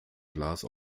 glas